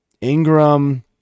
Ingram